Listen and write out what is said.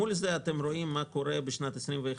מול זה אתם רואים מה קורה בשנת 2021,